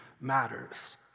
matters